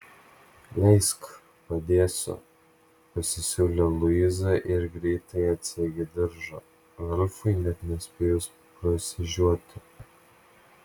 leisk padėsiu pasisiūlė luiza ir greitai atsegė diržą ralfui net nespėjus prasižioti